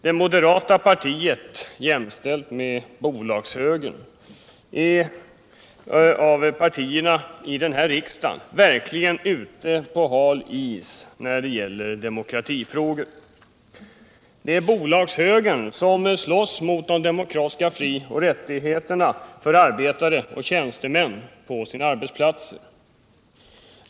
Det moderata partiet, jämställt med bolagshögern, är i förhållande till de andra partierna i den här riksdagen verkligen ute på hal is när det gäller demokraltifrågor. Det är bolagshögern som slåss mot arbetarnas och tjänstemännens demokratiska fri och rättigheter på arbetsplatserna.